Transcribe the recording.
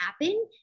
happen